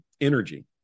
energy